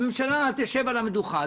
והממשלה תשב על המדוכה.